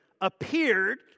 appeared